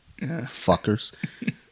Fuckers